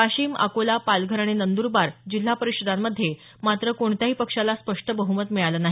वाशिम अकोला पालघर आणि नंदरबार जिल्हा परिषदांमध्ये मात्र कोणत्याही पक्षाला स्पष्ट बहमत मिळालं नाही